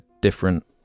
different